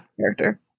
Character